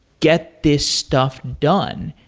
get this stuff done.